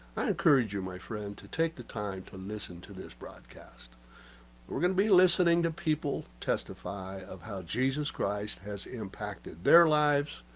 i? encourage you, my friend to take the time to listen to this broadcast we're, gonna be listening to people testify of how jesus christ has impacted their lives,